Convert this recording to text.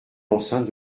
l’enceinte